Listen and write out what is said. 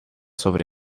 sobre